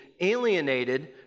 alienated